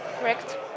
Correct